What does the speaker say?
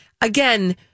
again